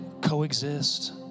coexist